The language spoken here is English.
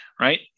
right